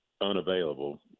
unavailable